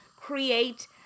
create